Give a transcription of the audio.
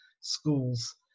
schools